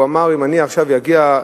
הוא אמר: אם אני עכשיו אגיע,